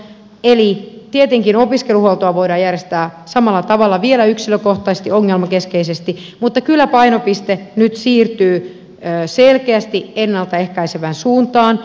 eli tietenkin opiskeluhuoltoa voidaan järjestää samalla tavalla vielä yksilökohtaisesti ongelmakeskeisesti mutta kyllä painopiste nyt siirtyy selkeästi ennalta ehkäisevään suuntaan